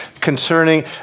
concerning